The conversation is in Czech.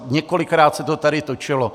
Několikrát se to tady točilo.